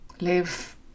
live